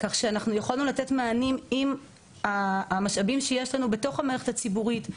כך שאנחנו יכולנו לתת מענים עם המשאבים שיש לנו בתוך המערכת הציבורית.